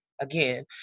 Again